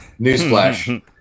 newsflash